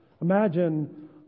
Imagine